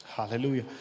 Hallelujah